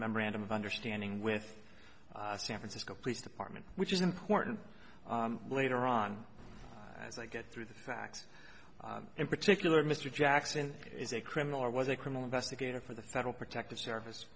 memorandum of understanding with san francisco police department which is important later on as i get through the facts in particular mr jackson is a criminal or was a criminal investigator for the federal protective service